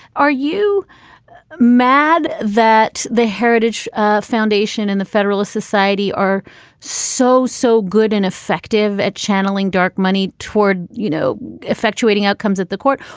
are you mad that the heritage foundation and the federalist society are so so good and effective at channeling dark money toward you know effectuated outcomes at the court.